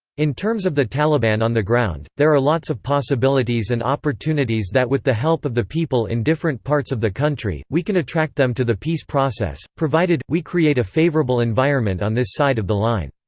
in terms of the taliban on the ground, there are lots of possibilities and opportunities that with the help of the people in different parts of the country, we can attract them to the peace process provided, we create a favorable environment on this side of the line.